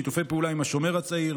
שיתופי פעולה עם השומר הצעיר,